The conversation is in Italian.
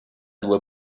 due